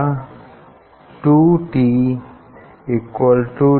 इन दोनों रीडिंग्स का डिफरेंस उस पर्टिकुलर रिंग का डायमीटर होगा